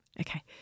Okay